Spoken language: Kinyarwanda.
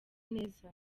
neza